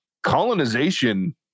Colonization